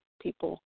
people